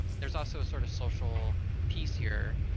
um there's also a sort of social piece here,